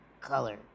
color